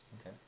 okay